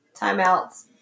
timeouts